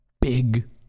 big